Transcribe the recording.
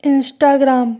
Instagram